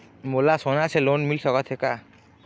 मोला सोना से लोन मिल सकत हे का?